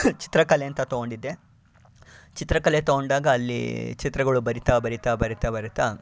ಚಿತ್ರಕಲೆ ಅಂತ ತಗೊಂಡಿದ್ದೆ ಚಿತ್ರಕಲೆ ತಗೊಂಡಾಗ ಅಲ್ಲಿ ಚಿತ್ರಗಳು ಬರಿತಾ ಬರಿತಾ ಬರಿತಾ ಬರಿತಾ